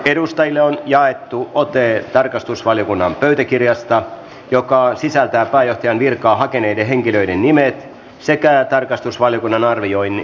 edustajille on jaettu ote tarkastusvaliokunnan pöytäkirjasta joka sisältää pääjohtajan virkaa hakeneiden henkilöiden nimet sekä tarkastusvaliokunnan arvioinnin hakijoista